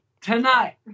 Tonight